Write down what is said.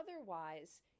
Otherwise